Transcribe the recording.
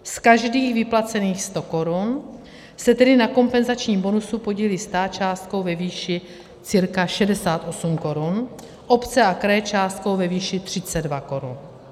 Z každých vyplacených 100 korun se tedy na kompenzačním bonusu podílí stát částkou ve výši cirka 68 korun, obce a kraje částkou ve výši 32 korun.